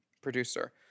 producer